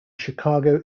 chicago